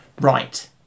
right